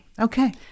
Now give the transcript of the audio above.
Okay